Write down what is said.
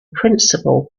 principal